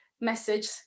Message